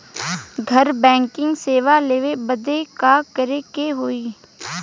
घर बैकिंग सेवा लेवे बदे का करे के होई?